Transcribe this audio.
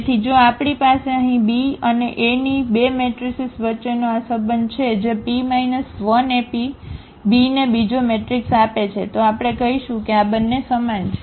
તેથી જો આપણી પાસે અહીં B અને A ની બે મેટ્રિસીસ વચ્ચેનો આ સંબંધ છે જે P 1AP બીને બીજો મેટ્રિક્સ આપે છે તો આપણે કહીશું કે આ બંને સમાન છે